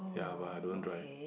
ya but I don't drive